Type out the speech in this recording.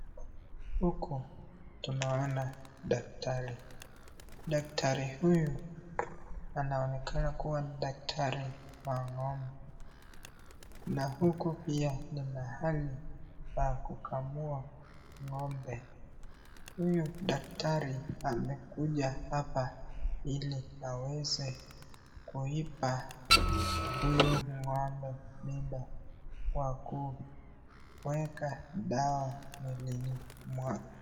mzee huyu ni mzee ambaye amevalia kofia ya nyekundu na mavazi ya nyekundu na anaonekana kuwa ni mzee wa kupatiana madawa za miti shamba ama pia anaweza kuwa ni mzee mchawi kwa sababu ya vitu anao anayokuwa imening'inia kwa shingo.